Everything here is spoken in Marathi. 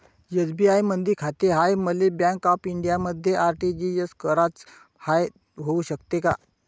एस.बी.आय मधी खाते हाय, मले बँक ऑफ इंडियामध्ये आर.टी.जी.एस कराच हाय, होऊ शकते का?